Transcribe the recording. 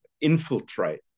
infiltrate